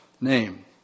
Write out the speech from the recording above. name